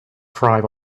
thrive